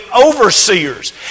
overseers